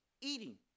eating